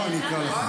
בוא, אני אקריא לכם.